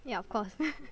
yeah of course